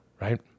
right